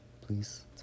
please